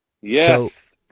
Yes